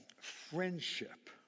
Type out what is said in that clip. friendship